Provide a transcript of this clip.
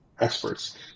experts